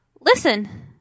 Listen